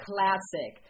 Classic